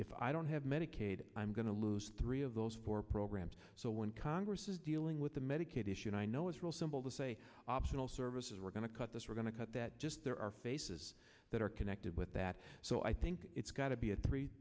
if i don't have medicaid i'm going to lose three of those four programs so when congress is dealing with the medicaid issue i know it's real simple to say optional services we're going to cut this we're going to cut that just there are faces that are connected with that so i think it's got to be a three